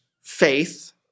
faith